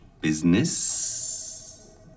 business